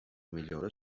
millora